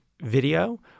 video